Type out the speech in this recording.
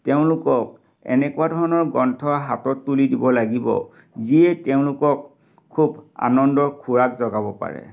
তেওঁলোকক এনেকুৱা ধৰণৰ গ্ৰন্থ হাতত তুলি দিব লাগিব যিয়ে তেওঁলোকক খুব আনন্দৰ খোৰাক যোগাব পাৰে